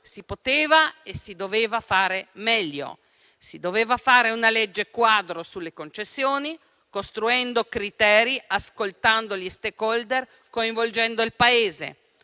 si poteva e si doveva fare meglio. Si sarebbe dovuta fare una legge quadro sulle concessioni, costruendo criteri, ascoltando gli *stakeholder* e coinvolgendo il Paese.